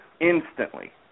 instantly